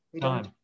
time